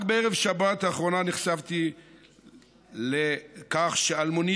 רק בערב שבת האחרונה נחשפתי לכך שאלמוני